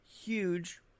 huge